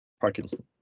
Parkinson